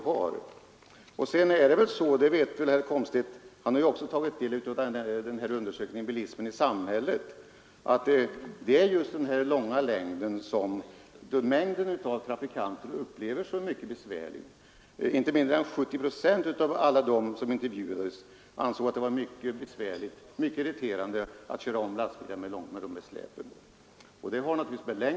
Herr Komstedt vet väl — han har ju också tagit del av undersökningen Bilismen i samhället — att det just är den stora längden på fordonen som de flesta av trafikanterna upplever såsom mycket besvärlig. Inte mindre än 70 procent av alla dem som intervjuades ansåg det vara mycket irriterande att köra om lastbilar med släp.